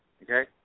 Okay